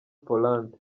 poland